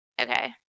Okay